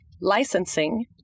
licensing